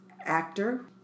Actor